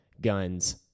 guns